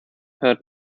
hört